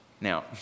Now